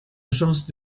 agence